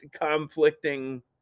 conflicting